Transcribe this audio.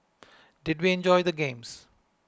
did we enjoy the games